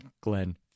Glenn